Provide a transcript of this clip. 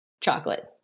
chocolate